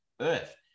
Earth